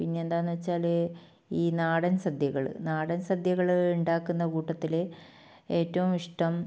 പിന്നെ എന്താണെന്ന് വെച്ചാൽ ഈ നാടൻ സദ്യകൾ നാടൻ സദ്യകൾ ഉണ്ടാക്കുന്ന കൂട്ടത്തിൽ ഏറ്റവും ഇഷ്ടം